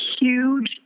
huge